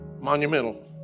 Monumental